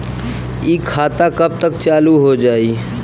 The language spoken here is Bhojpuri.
इ खाता कब तक चालू हो जाई?